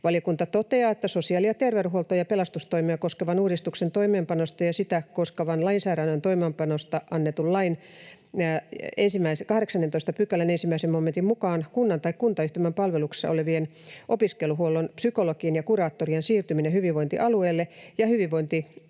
Valiokunta toteaa, että sosiaali‑ ja terveydenhuoltoa ja pelastustoimea koskevan uudistuksen toimeenpanosta ja sitä koskevan lainsäädännön toimeenpanosta annetun lain 18 §:n 1 momentin mukaan kunnan tai kuntayhtymän palveluksessa olevien opiskeluhuollon psykologien ja kuraattorien siirtyminen hyvinvointialueelle ja hyvinvointiyhtymään